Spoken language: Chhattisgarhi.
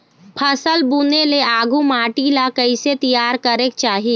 फसल बुने ले आघु माटी ला कइसे तियार करेक चाही?